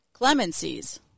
clemencies